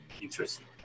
interesting